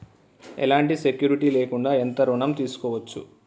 ఎలాంటి సెక్యూరిటీ లేకుండా ఎంత ఋణం తీసుకోవచ్చు?